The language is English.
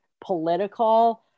political